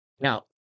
Now